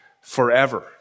forever